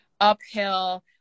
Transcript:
uphill